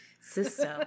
system